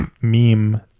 meme